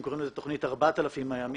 למעשה קוראים לזה "תוכנית 4,000 הימים",